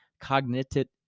cognitive